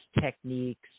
techniques